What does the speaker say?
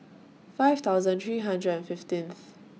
five thousand three hundred and fifteenth